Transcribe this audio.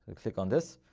click on this.